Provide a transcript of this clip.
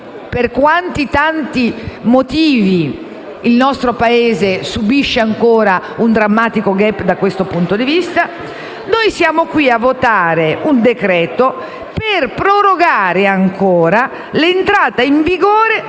per quanti e tanti motivi il nostro Paese subisce ancora un drammatico *gap* da questo punto di vista - siamo qui a votare un decreto-legge per prorogare ancora l'entrata in vigore